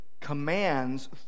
commands